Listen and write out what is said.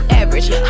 average